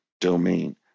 domain